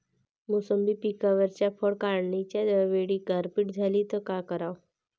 मोसंबी पिकावरच्या फळं काढनीच्या वेळी गारपीट झाली त काय कराव?